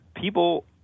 people